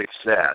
success